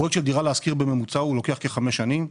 פרויקט של דירה להשכיר לוקח בממוצע חמש שנים,